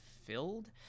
filled